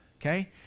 okay